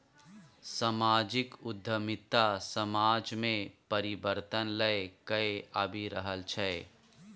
समाजिक उद्यमिता समाज मे परिबर्तन लए कए आबि रहल छै